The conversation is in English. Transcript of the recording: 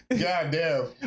Goddamn